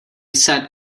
sat